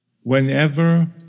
whenever